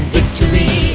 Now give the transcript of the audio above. Victory